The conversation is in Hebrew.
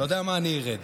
שלוש דקות לרשותך.